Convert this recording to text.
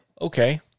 Okay